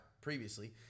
previously